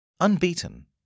Unbeaten